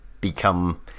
become